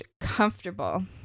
comfortable